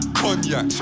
cognac